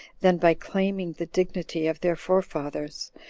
than by claiming the dignity of their forefathers,